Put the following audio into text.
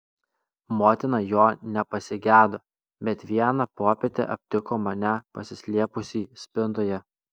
motina jo nepasigedo bet vieną popietę aptiko mane pasislėpusį spintoje